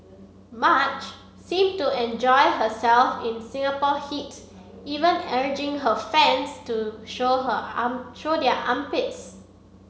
Madge seemed to enjoy herself in Singapore heat even urging her fans to show her arm show their armpits